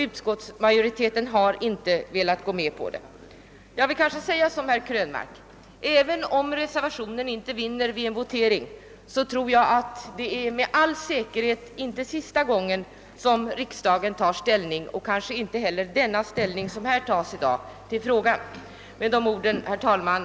Utskottsmajoriteten har inte velat gå med på detta krav. Jag vill i likhet med herr Krönmark säga att det, även om reservationen inte skulle vinna bifall vid en votering i kammaren, med ail säkerhet inte är sista gången som riksdagen tar ställning till denna fråga. Kanske kommer riksdagen då inte heller att inta samma ställning som blir fallet i dag. Herr talman!